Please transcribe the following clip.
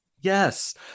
Yes